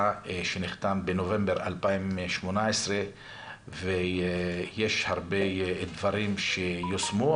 שנחתם בנובמבר 2018 ויש הרבה דברים שיושמו,